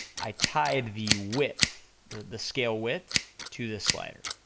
i tied the width, the the scale width to this slider,